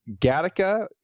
Gattaca